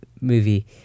movie